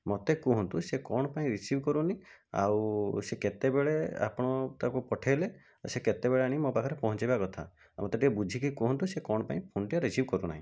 ମୋତେ କୁହନ୍ତୁ ସେ କ'ଣ ପାଇଁ ରିସିଭ୍ କରୁନି ଆଉ ସେ କେତେବେଳେ ଆପଣ ତାକୁ ପଠାଇଲେ ଆଉ ସେ କେତେବେଳେ ଆଣିକି ମୋ ପହଞ୍ଚାଇବା କଥା ମୋତେ ଟିକିଏ ବୁଝିକି କୁହନ୍ତୁ ସେ କ'ଣ ପାଇଁ ଫୋନ୍ଟିକୁ ରିସିଭ୍ କରୁନାହିଁ